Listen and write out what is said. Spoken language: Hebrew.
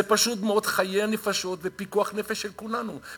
זה פשוט מאוד חיי נפשות ופיקוח נפש של כולנו.